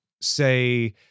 say